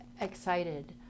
excited